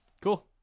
Cool